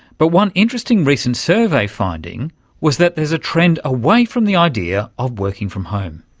but one interesting recent survey finding was that there's a trend away from the idea of working from home.